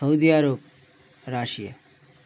Saudi Arab Russia